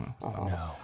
No